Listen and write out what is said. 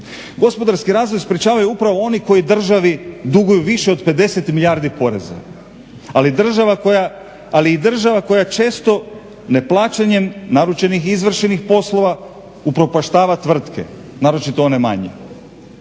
Gospodarski razvoj sprečavaju upravo oni koji državi duguju više od 50 milijardi poreza, ali i država koja često neplaćanjem naručenih izvršenih poslova upropaštava tvrtke naročito one manje.